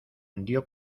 dió